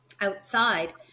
outside